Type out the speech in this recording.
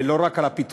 ולא רק על הפיטורים.